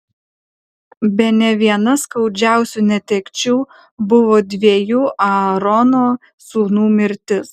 bene viena skaudžiausių netekčių buvo dviejų aarono sūnų mirtis